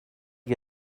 you